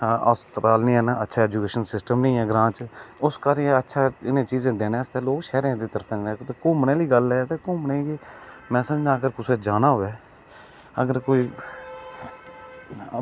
हां हस्पताल निं हैन अच्छा एजूकेशन सिस्टम निं ऐ ग्रांऽ च उस करियै अच्छा इनें चीजें देने आस्तै लोक शैह्रें दी तरफा घुम्मनै दी गल्ल ऐ ते घुम्मनै गी में समझना कि कुसै जाना होऐ अगर कोई